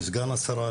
לסגן השרה,